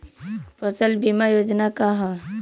फसल बीमा योजना का ह?